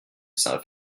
saint